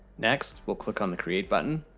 next, we'll click on the create button,